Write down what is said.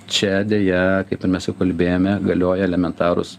čia deja kaip ir mes jau kalbėjome galioja elementarūs